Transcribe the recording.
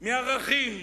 מערכים,